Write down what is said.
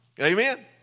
Amen